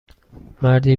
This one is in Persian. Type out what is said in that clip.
مردی